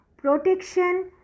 protection